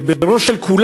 לא תהיה בראש של כולם,